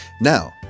Now